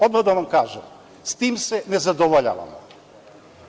Odmah da vam kažem, sa tim se ne zadovoljavamo.